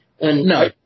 No